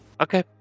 Okay